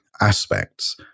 aspects